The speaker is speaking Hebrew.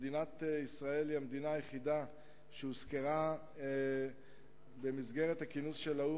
מדינת ישראל היא המדינה היחידה שהוזכרה במסגרת הכינוס של האו"ם,